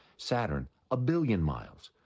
saturn a billion miles.